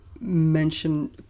mention